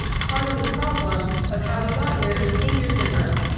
part of the problem of how we got here, is savior syndrome.